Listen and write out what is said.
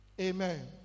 Amen